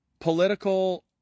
political